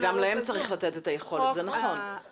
גם להם צריך לתת את היכולת, זה נכון.